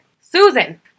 Susan